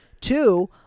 Two